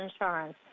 insurance